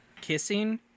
kissing